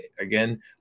again